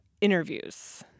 interviews